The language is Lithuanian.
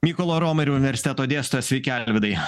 mykolo romerio universiteto dėstytojas sveiki alvydai